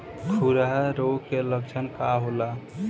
खुरहा रोग के लक्षण का होला?